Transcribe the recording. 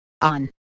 on